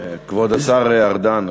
כבוד השר ארדן,